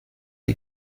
die